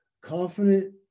confident